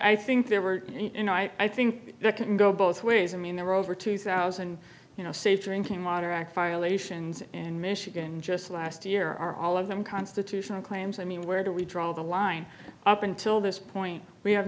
i think there were you know i think that can go both ways i mean there were over two thousand you know safe drinking water act violations in michigan just last year are all of them constitutional claims i mean where do we draw the line up until this point we ha